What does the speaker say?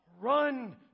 Run